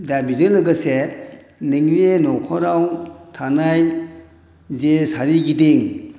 दा बेजों लोगोसे नोंनि न'खराव थानाय जि सोरगिदिं